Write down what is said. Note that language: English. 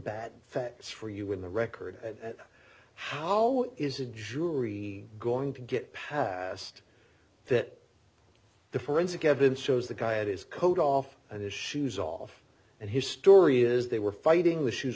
bad facts for you in the record how is a jury going to get past that the forensic evidence shows the guy is coat off and his shoes off and his story is they were fighting the shoes